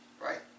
right